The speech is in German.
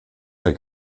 bei